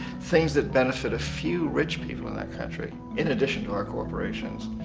things that benefit a few rich people in that country. in addition to our corporations.